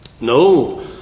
No